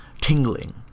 tingling